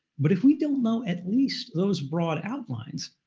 but if we don't know at least those broad outlines,